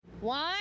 One